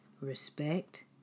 respect